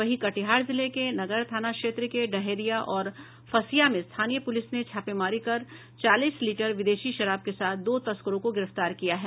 वहीं कटिहार जिले के नगर थाना क्षेत्र के डहेरिया और फसिया में स्थानीय पुलिस ने छापेमारी कर चालीस लीटर विदेशी शराब के साथ दो तस्करों को गिरफ्तार किया है